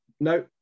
No